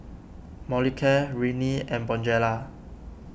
Molicare Rene and Bonjela